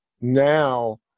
Now